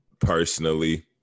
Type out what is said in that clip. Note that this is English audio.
personally